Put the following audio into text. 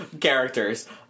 characters